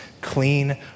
clean